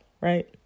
Right